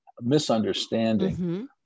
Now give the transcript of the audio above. misunderstanding